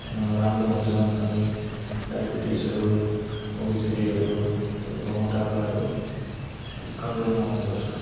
राम्रो हुन्छ अनि डाइबेटिजहरू ओबेसिटीहरू तपाईँको मोटापाहरू अलिक कन्ट्रोलमा हुने गर्छ